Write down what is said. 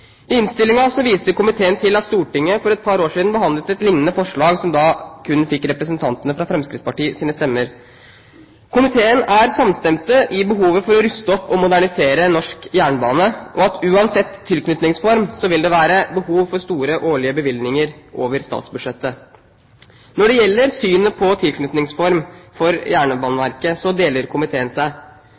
viser komiteen til at Stortinget for et par år siden behandlet et lignende forslag, som da kun fikk stemmer fra Fremskrittspartiets representanter. Komiteen er samstemt når det gjelder behovet for å ruste opp og modernisere norsk jernbane, og uansett tilknytningsform vil det være behov for store årlige bevilgninger over statsbudsjettet. Når det gjelder synet på tilknytningsform for Jernbaneverket, deler komiteen seg.